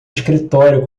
escritório